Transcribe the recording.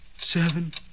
seven